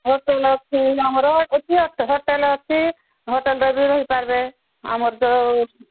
hotel ଅଛି ଆମର ଅଛି ହୋଟେଲ୍ ଅଛି ହୋଟେଲ୍ରେ ବି ରହିପାରବେ ଆମର ଯେଉଁ